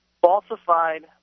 falsified